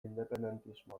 independentismoa